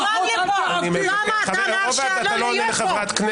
למה אתה מאפשר לו להיות פה?